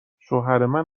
شوهرمن